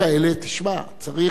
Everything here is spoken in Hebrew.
צריך באמת,